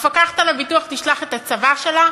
המפקחת על הביטוח תשלח את הצבא שלה